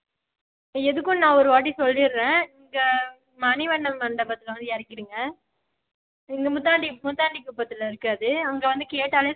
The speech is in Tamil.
எதுக்கும் நான் ஒரு வாட்டி சொல்லிடுறேன் இங்கே மணிவண்ணன் மண்டபத்தில் வந்து இறக்கிடுங்க இங்கே முத்தாண்டி முத்தாண்டி குப்பத்தில் இருக்கு அது அங்கே வந்து கேட்டால் சொல்லுவாங்க